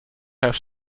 have